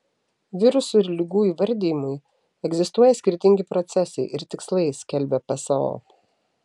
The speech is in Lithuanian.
virusų ir ligų įvardijimui egzistuoja skirtingi procesai ir tikslai skelbia pso